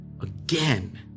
again